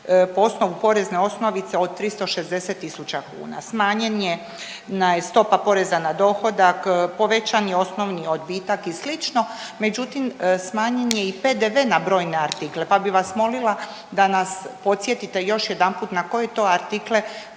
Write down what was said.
po osnovu porezne osnovice od 360 tisuća kuna. Smanjena je stopa poreza na dohodak, povećan je osnovni odbitak i slično, međutim, smanjen je i PDV na brojne artikle pa bi vas molila da nas podsjetite još jedanput na koje to artikle